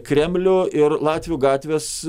kremlių ir latvių gatvės